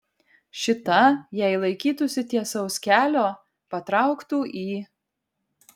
šita jei laikytųsi tiesaus kelio patrauktų į